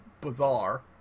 bizarre